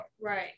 Right